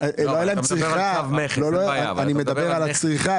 אני מדבר על הצריכה.